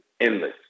endless